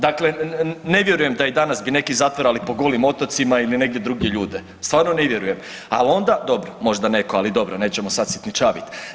Dakle, ne vjerujem da i danas bi neki zatvarali po golim otocima ili negdje drugdje ljude, stvarno ne vjerujem, al onda, dobro, možda neko, ali dobro, nećemo sad sitničavit.